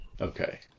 Okay